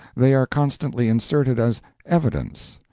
they are constantly inserted as evidence,